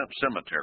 Cemetery